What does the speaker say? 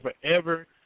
forever